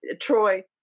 Troy